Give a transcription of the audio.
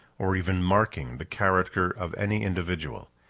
or even marking, the character of any individual.